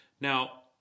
Now